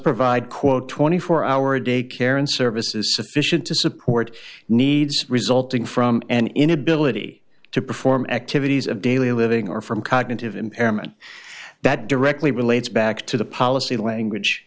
provide quote twenty four hour a day care and services sufficient to support needs resulting from an inability to perform activities of daily living or from cognitive impairment that directly relates back to the policy language